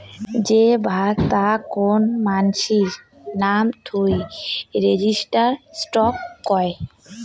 যে ভাগ তা কোন মানাসির নাম থুই রেজিস্টার্ড স্টক কয়